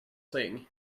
saying